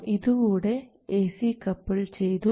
നാം ഇതുകൂടെ A C coupled ചെയ്തു